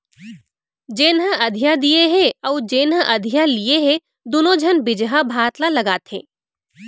जेन ह अधिया दिये हे अउ जेन ह अधिया लिये हे दुनों झन बिजहा भात ल लगाथें